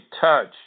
touch